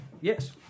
Yes